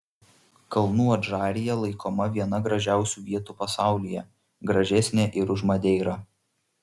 kalnų adžarija laikoma viena gražiausių vietų pasaulyje gražesnė ir už madeirą